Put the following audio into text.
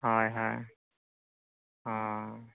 ᱦᱳᱭ ᱦᱳᱭ ᱦᱚᱸ